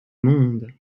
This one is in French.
monde